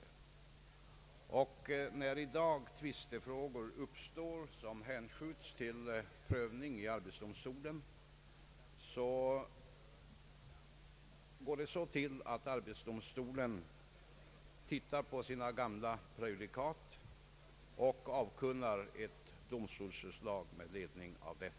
När tvistefrågor i dag uppstår som hänskjuts till prövning i arbetsdomstolen, går det så till att arbetsdomstolen granskar sina gamla prejudikat och avkunnar ett domstolsutslag med ledning av dem.